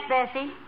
Bessie